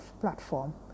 platform